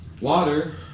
Water